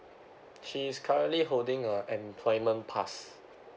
she is currently holding a employment pass